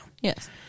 Yes